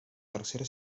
tercera